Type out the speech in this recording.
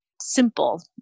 simple